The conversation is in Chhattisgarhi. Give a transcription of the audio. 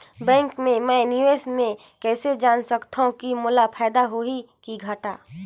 बैंक मे मैं निवेश मे कइसे जान सकथव कि मोला फायदा होही कि घाटा?